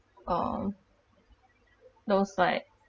um those like